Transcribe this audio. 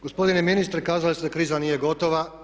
Gospodine ministre kazali ste da kriza nije gotova.